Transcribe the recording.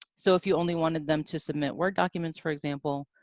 so, if you only wanted them to submit word documents, for example,